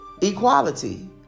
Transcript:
equality